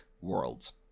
worlds